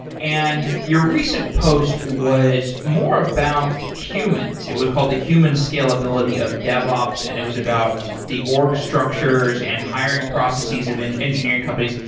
and your recent post was more about humans. it was called the human scalability of devops and it was about the org structures and hiring processes of and engineering companies.